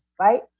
right